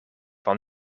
van